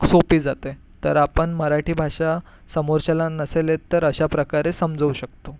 सोपी जाते तर आपण मराठी भाषा समोरच्याला नसेल येत तर अशाप्रकारे समजावू शकतो